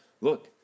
Look